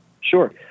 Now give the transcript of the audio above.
Sure